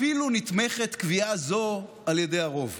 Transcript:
אפילו נתמכת קביעה זו על ידי הרוב".